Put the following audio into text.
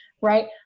Right